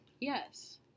Yes